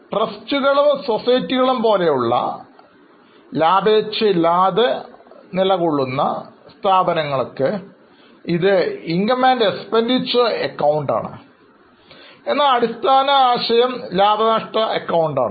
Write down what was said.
ട്രസ്റ്റുകളും സൊസൈറ്റികളും പോലുള്ള ലാഭേച്ഛയില്ലാതെ പ്രവർത്തിക്കുന്ന ഓർഗനൈസേഷനുകൾക്ക് ഇതിനെ Income expenditure ac എന്ന് വിളിക്കുന്നു എന്നാൽ അടിസ്ഥാന ആശയം ലാഭനഷ്ട അക്കൌണ്ടാണ്